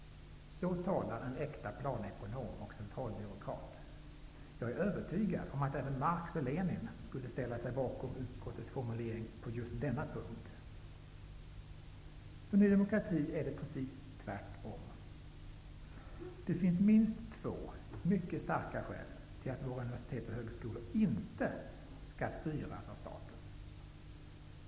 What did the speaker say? Så talar en äkta planekonom och centralbyråkrat. Jag är övertygad om att även Marx och Lenin skulle ställa sig bakom utskottets formulering på just denna punkt. För Ny demokrati är det precis tvärtom. Det finns minst två mycket starka skäl till att våra universitet och högskolor inte skall styras av staten.